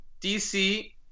DC